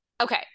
okay